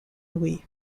lui